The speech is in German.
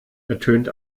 ertönt